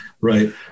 right